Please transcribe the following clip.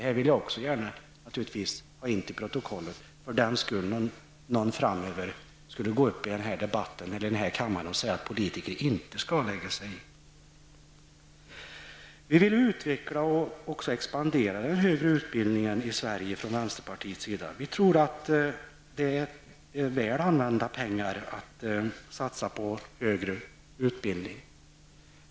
Jag vill gärna ha detta fört till protokollet för den händelse att någon framöver skulle gå upp i debatten i kammaren och säga att politiker inte skall lägga sig i. Vi i vänsterpartiet vill utveckla och expandera den högre utbildningen i Sverige. Vi tror att det är väl använda pengar att satsa på högre utbildning.